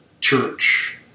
church